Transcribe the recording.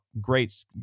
Great